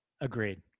Agreed